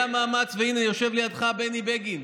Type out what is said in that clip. היה מאמץ, והינה, יושב לידך בני בגין,